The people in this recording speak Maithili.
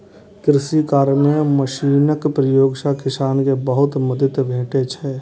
कृषि कार्य मे मशीनक प्रयोग सं किसान कें बहुत मदति भेटै छै